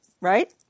right